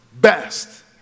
best